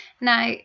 Now